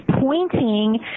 pointing